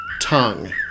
tongue